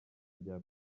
rya